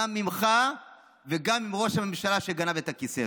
גם ממך וגם מראש הממשלה, שגנב את הכיסא.